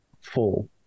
full